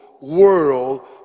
world